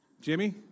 Jimmy